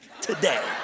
today